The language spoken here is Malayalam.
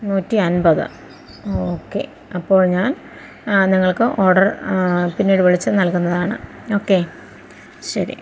നൂറ്റി അൻപത് ഓക്കേ അപ്പോൾ ഞാൻ നിങ്ങൾക്ക് ഓർഡർ പിന്നീട് വിളിച്ചു നൽകുന്നതാണ് ഓക്കേ ശരി